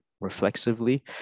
reflexively